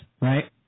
Right